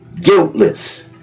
guiltless